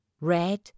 Red